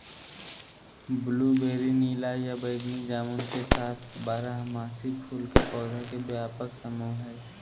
blueberry नीला या बैगनी जामुन के साथ बारहमासी फूल के पौधा के व्यापक समूह हई